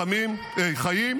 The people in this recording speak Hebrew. (חבר הכנסת נאור שירי יוצא מאולם המליאה.) המקום היחיד